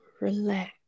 relax